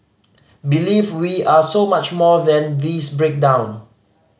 believe we are so much more than this breakdown